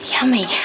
Yummy